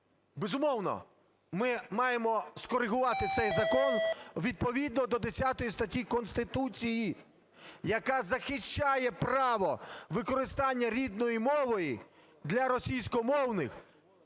Безумовно, ми маємо скорегувати цей закон відповідно до 10 статті Конституції, яка захищає право використання рідної мови для російськомовних